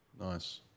Nice